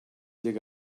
dig